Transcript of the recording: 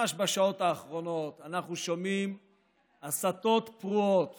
ממש בשעות האחרונות, אנחנו שומעים הסתות פרועות